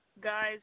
Guys